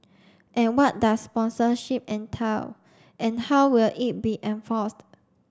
and what does sponsorship entail and how will it be enforced